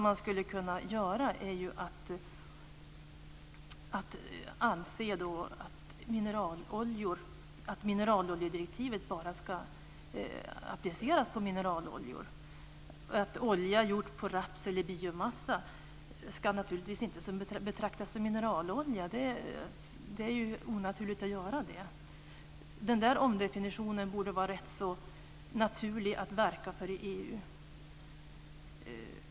Man skulle kunna anse att mineraloljedirektivet bara ska appliceras på mineraloljor, att olja gjord på raps eller biomassa naturligtvis inte ska betraktas som mineralolja. Det är onaturligt. Den omdefinitionen borde vara naturlig att verka för i EU.